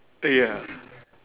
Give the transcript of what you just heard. uh ya